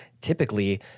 typically